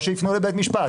או יפנו לבית משפט.